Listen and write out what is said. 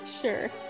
Sure